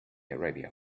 arabia